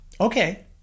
Okay